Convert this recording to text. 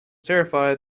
terrified